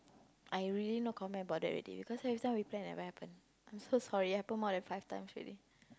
I really no comment about that already because everytime we plan never happen I'm so sorry happen more than five times already